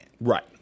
Right